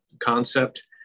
Concept